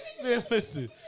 Listen